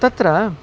तत्र